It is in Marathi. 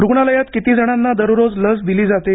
रुग्णालयात किती जणांना दररोज लस दिली जाते